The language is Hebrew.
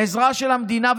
עם עזרה של המדינה,